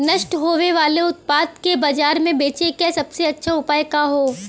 नष्ट होवे वाले उतपाद के बाजार में बेचे क सबसे अच्छा उपाय का हो?